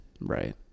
right